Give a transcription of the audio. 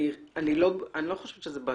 אני לא חושבת שזה באשמתך,